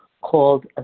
called